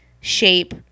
shape